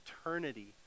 eternity